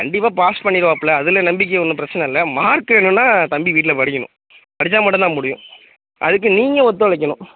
கண்டிப்பாக பாஸ் பண்ணிடுவாப்புள்ள அதில் நம்பிக்கை ஒன்றும் பிரச்சனை இல்லை மார்க் வேணும்ன்னா தம்பி வீட்டில் படிக்கணும் படிச்சால் மட்டும் தான் முடியும் அதுக்கு நீங்கள் ஒத்துழைக்கனும்